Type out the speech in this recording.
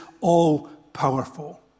all-powerful